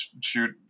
shoot